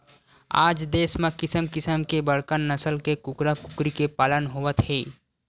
आज देस म किसम किसम के बड़का नसल के कूकरा कुकरी के पालन होवत हे